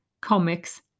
comics